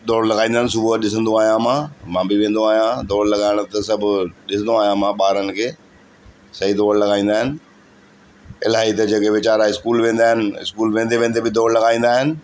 दौड़ लॻाईंदा आहिनि सुबुह जो ॾिसंदो आहियां मां मां बि वेंदो आहियां दौड़ लॻाइण त सभु ॾिसदो आहियां मां ॿारनि खे सही दौड़ लॻाईंदा आहिनि इलाही त जॻह वेचारा इस्कूल वेंदा आहिनि इस्कूल वेंदे वेंदे बि दौड़ लॻाईंदा आहिनि